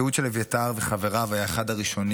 התיעוד של אביתר וחבריו היה אחד הראשונים